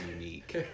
unique